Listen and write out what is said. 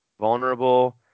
Vulnerable